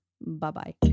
Bye-bye